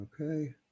Okay